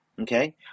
okay